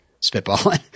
Spitball